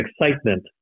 excitement